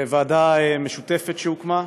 בוועדה משותפת שהוקמה.